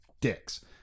dicks